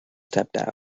stepped